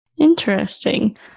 Interesting